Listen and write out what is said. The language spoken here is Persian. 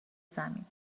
زمین